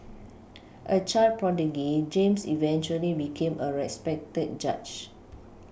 a child prodigy James eventually became a respected judge